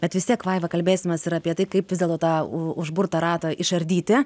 bet vis tiek vaiva kalbėsimės ir apie tai kaip vis dėlto tą u užburtą ratą išardyti